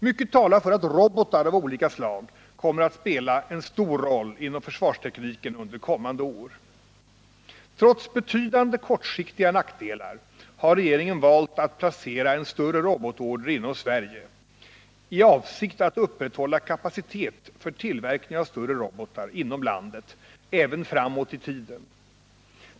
Mycket talar för att robotar av olika slag kommer att spela en stor roll inom försvarstekniken under kommande år. Trots vissa kortsiktiga nackdelar har regeringen valt att placera en större robotorder inom Sverige, i avsikt att upprätthålla kapacitet för tillverkning av större robotar inom landet även framåt i tiden.